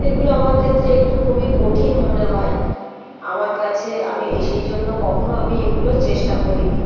তো এগুলো আমার ক্ষেত্রে একটু খুবই কঠিন মনে হয় আমার কাছে আমি সেই জন্য কখনো আমি এইগুলো চেষ্টা করি নি